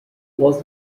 was